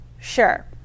sure